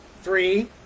three